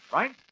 right